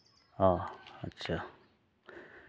ᱚ ᱟᱪᱪᱷᱟ